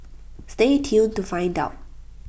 stay tuned to find out